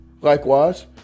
likewise